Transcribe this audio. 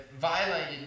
violated